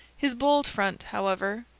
his bold front, however,